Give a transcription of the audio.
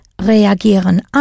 reagieren